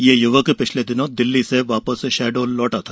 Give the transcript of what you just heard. यह यूवक पिछले दिनों दिल्ली से शहडोल लौटा था